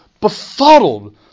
befuddled